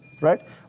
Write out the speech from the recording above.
right